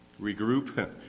regroup